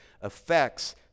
affects